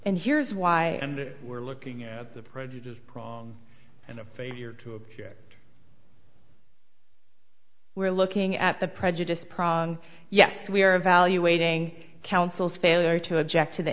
and here's why and we're looking at the prejudice prong and the failure to object we're looking at the prejudice prong yes we are evaluating counsel's failure to object to the